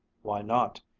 why not,